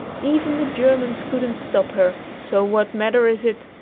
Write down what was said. even the germans couldn't stop her so what matter is it,